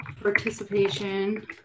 participation